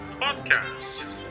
podcast